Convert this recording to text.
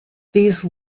these